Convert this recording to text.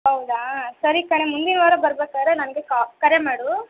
ಹೌದಾ ಸರಿ ಕಣೆ ಮುಂದಿನ ವಾರ ಬರ್ಬೇಕಾದ್ರೆ ನನಗೆ ಕರೆ ಮಾಡು